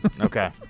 Okay